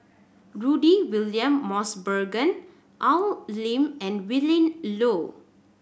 Rudy William Mosbergen Al Lim and Willin Low